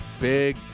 big